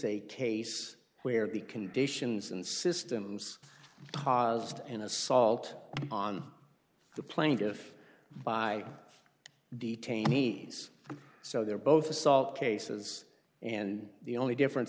a case where the conditions and systems caused an assault on the plaintiff by detainees so they're both assault cases and the only difference